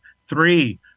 Three